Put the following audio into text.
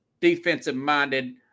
defensive-minded